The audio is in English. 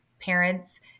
parents